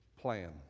plan